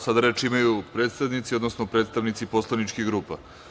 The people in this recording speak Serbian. Sada reč imaju predsednici, odnosno predstavnici poslaničkih grupa.